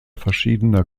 verschiedener